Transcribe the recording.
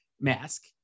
mask